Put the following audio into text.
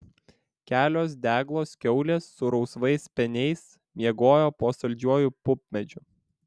kelios deglos kiaulės su rausvais speniais miegojo po saldžiuoju pupmedžiu